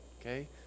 Okay